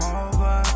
over